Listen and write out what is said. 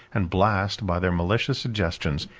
and blast, by their malicious suggestions,